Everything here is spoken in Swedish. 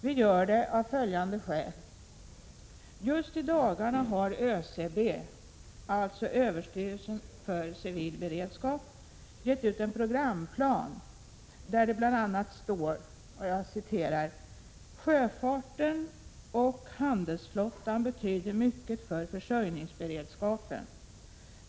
Vi gör det av följande skäl: Just i dagarna har ÖCB, alltså överstyrelsen för civil beredskap, gett ut en programplan där det bl.a. står: ”Sjöfarten och handelsflottan betyder mycket för försörjningsberedskapen.